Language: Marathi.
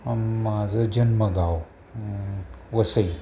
माझं जन्मगाव वसई